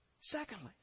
Secondly